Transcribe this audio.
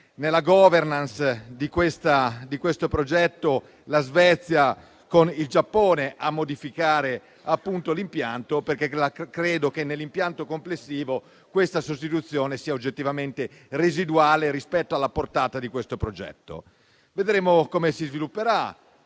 nella *governance* di questo progetto la Svezia con il Giappone a modificare l'impianto. Credo che, nell'impianto complessivo, questa sostituzione sia oggettivamente residuale rispetto alla portata del progetto. Vedremo come si svilupperà.